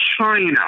China